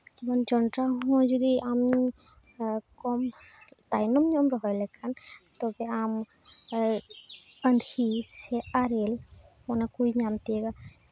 ᱡᱮᱢᱚᱱ ᱡᱚᱱᱰᱨᱟ ᱦᱚᱸ ᱡᱩᱫᱤ ᱟᱢ ᱠᱚᱢ ᱛᱟᱭᱱᱚᱢ ᱧᱚᱜ ᱮᱢ ᱨᱚᱦᱚᱭ ᱞᱮᱠᱷᱟᱱ ᱛᱚᱵᱮ ᱟᱢ ᱟᱸᱫᱷᱤ ᱥᱮ ᱟᱨᱮᱞ ᱚᱱᱟ ᱠᱚᱭ ᱧᱟᱢ ᱛᱤᱭᱳᱜᱟ